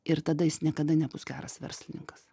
ir tada jis niekada nebus geras verslininkas